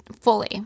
fully